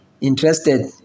interested